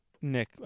Nick